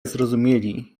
zrozumieli